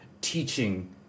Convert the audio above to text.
teaching